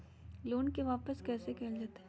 Loan के वापस कैसे कैल जतय?